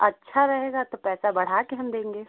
अच्छा रहेगा तो पैसा बढ़ा कर हम देंगे